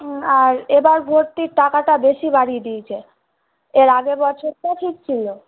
হুম আর এবার ভর্তির টাকাটা বেশি বাড়িয়ে দিয়েছে এর আগের বছরটা ঠিক ছিলো